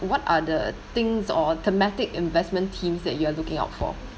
what are the things or thematic investment themes that you are looking out for